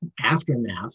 aftermath